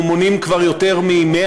ואנחנו מונים כבר יותר מ-100,